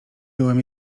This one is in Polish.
byłem